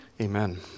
Amen